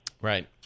Right